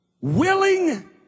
Willing